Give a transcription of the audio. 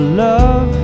love